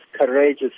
courageous